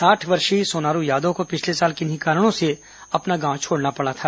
साठ वर्षीय सोनारू यादव को पिछले साल किन्हीं कारणों से अपना गांव छोड़ना पड़ता था